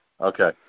okay